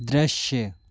दृश्य